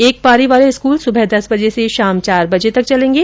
एक पारी वाले स्कूल सुबह दस बजे से शाम चार बजे तक चलेंगे